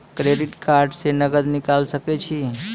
Credit card से नगद निकाल सके छी?